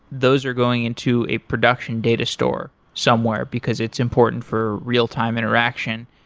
those are going into a production data store somewhere, because it's important for real time interaction.